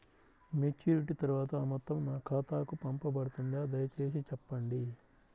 Maturity తర్వాత ఆ మొత్తం నా ఖాతాకు పంపబడుతుందా? దయచేసి చెప్పండి?